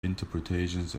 interpretations